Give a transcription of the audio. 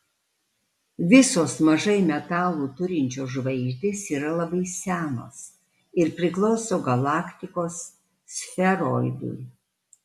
visos mažai metalų turinčios žvaigždės yra labai senos ir priklauso galaktikos sferoidui